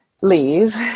leave